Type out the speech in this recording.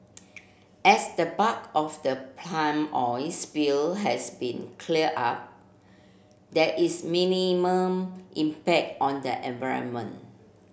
as the bulk of the palm oil spill has been cleared up there is minimal impact on the environment